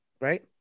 Right